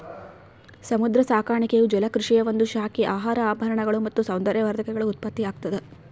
ಸಮುದ್ರ ಸಾಕಾಣಿಕೆಯು ಜಲಕೃಷಿಯ ಒಂದು ಶಾಖೆ ಆಹಾರ ಆಭರಣಗಳು ಮತ್ತು ಸೌಂದರ್ಯವರ್ಧಕಗಳ ಉತ್ಪತ್ತಿಯಾಗ್ತದ